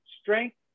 strength